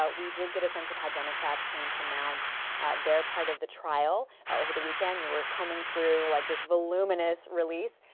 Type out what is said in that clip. we did get a sense of how democrats plan to mount their part of the trial over the weekend. you were combing through like this voluminous release.